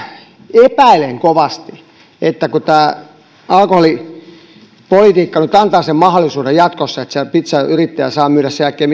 epäilen kovasti kun tämä alkoholipolitiikka nyt antaa sen mahdollisuuden jatkossa että se pitsayrittäjä saa myydä sen jälkeen